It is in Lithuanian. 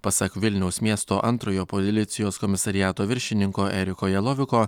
pasak vilniaus miesto antrojo policijos komisariato viršininko eriko jaloviko